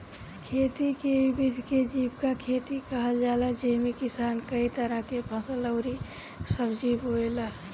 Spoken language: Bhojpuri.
खेती के इ विधि के जीविका खेती कहल जाला जेमे किसान कई तरह के फसल अउरी सब्जी बोएला